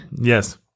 Yes